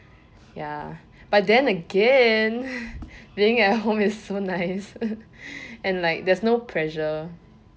ya but then again being at home is so nice and like there is no pressure